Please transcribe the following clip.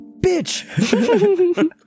bitch